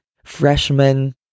Freshman